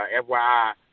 FYI